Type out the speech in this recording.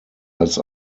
als